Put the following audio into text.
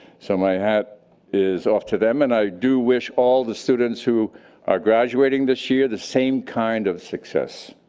so my hat is off to them and i do wish all the students who are graduating this year the same kind of success.